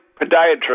podiatrist